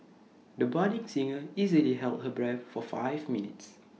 the budding singer easily held her breath for five minutes